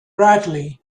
bradley